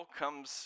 comes